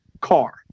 car